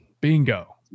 Bingo